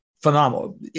phenomenal